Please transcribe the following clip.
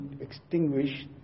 extinguish